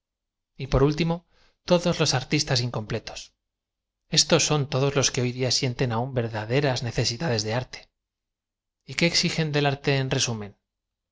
y por úl timo todos los artistas incompletoa esos son todos los que hoy día sienten aún verdaderas necesidades de artel y qué exigen del arte en resumen